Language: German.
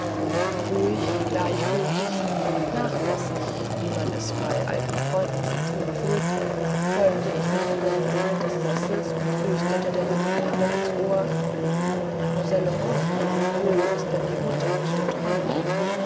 ruhig gleichgültig nachlässig wie man es bei alten freunden zu tun pflegt beugte ich mich über die lehne des sessels und flüsterte der jungen dame ins ohr mademoiselle laurence wo ist denn die mutter mit der trommel